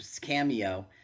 cameo